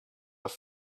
have